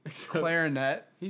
clarinet